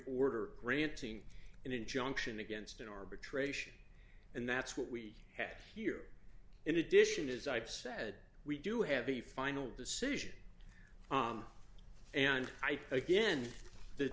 order granting an injunction against an arbitration and that's what we had here in addition as i've said we do have the final decision and i think again the